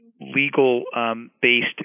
legal-based